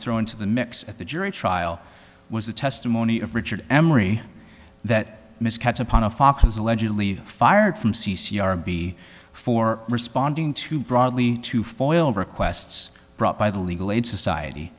throw into the mix at the jury trial was the testimony of richard emery that ms katz upon a fox was allegedly fired from c c r b for responding too broadly to foil requests brought by the legal aid society